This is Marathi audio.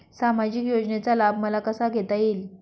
सामाजिक योजनेचा लाभ मला कसा घेता येईल?